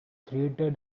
theatre